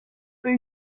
peut